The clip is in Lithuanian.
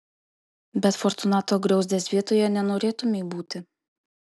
bet fortunato griauzdės vietoje nenorėtumei būti